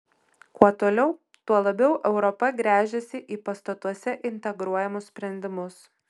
kuo toliau tuo labiau europa gręžiasi į pastatuose integruojamus sprendimus